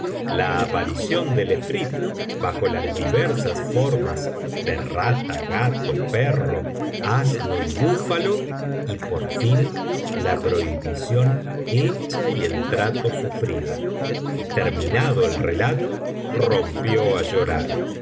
la aparición del efrit bajo las diversas formas de rata gato perro asno y búfalo y por fin la prohibición hecha y el trato sufrido y terminado el relato rompió á llorar